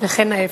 וכן ההיפך.